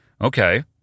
Okay